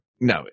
No